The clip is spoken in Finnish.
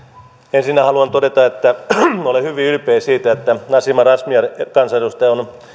ensinnä haluan todeta että olen hyvin ylpeä siitä että nasima razmyar on kansanedustaja